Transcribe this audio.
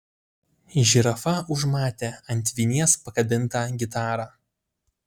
žirafa užmatė ant vinies pakabintą gitarą